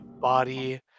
body